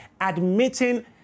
admitting